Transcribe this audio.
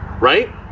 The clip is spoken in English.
right